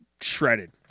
shredded